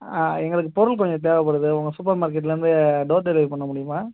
ஆ எங்களுக்கு பொருள் கொஞ்சம் தேவைப்படுது உங்கள் சூப்பர் மார்க்கெட்லேருந்து டோர் டெலிவரி பண்ண முடியுமா